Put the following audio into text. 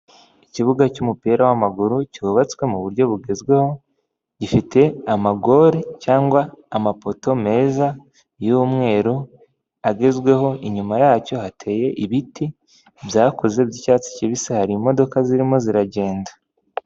ikibuga cy’umupira w'amaguru cyubatswe muburyo bugezweho, gifite amazamu cyangwa amapoto meza y’umweru agezweho. inyuma yacyo hateye ibiti bisa icyatsi kibisi hari imodoka zirimo ziragenda.